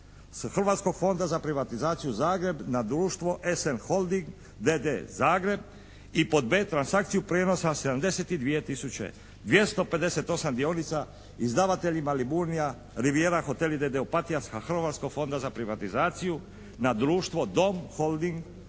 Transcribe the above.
Hrvatskog fonda za privatizaciju Zagreb na društvo "SN Holding" d.d. Zagreb i pod b) transakciju prijenosa 72 tisuće 258 dionica izdavateljima "Liburnija rivijera hoteli" d.d. Opatija sa Hrvatskog fonda za privatizaciju na društvo "Dom Holding" d.d.